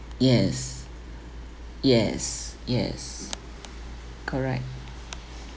yes yes yes correct